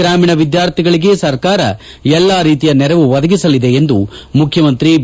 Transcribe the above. ಗ್ರಾಮೀಣ ವಿದ್ಯಾರ್ಥಿಗಳಿಗೆ ಸರ್ಕಾರ ಎಲ್ಲಾ ರೀತಿಯ ನೆರವು ಒದಗಿಸಲಿದೆ ಎಂದು ಮುಖ್ಯಮಂತ್ರಿ ಬಿ